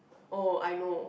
oh I know